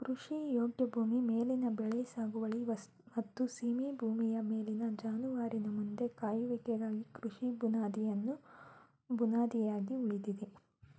ಕೃಷಿಯೋಗ್ಯ ಭೂಮಿ ಮೇಲಿನ ಬೆಳೆ ಸಾಗುವಳಿ ಮತ್ತು ಸೀಮೆ ಭೂಮಿಯ ಮೇಲಿನ ಜಾನುವಾರಿನ ಮಂದೆ ಕಾಯುವಿಕೆಯು ಕೃಷಿ ಬುನಾದಿಯಾಗಿ ಉಳಿದಿದೆ